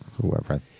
whoever